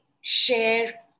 share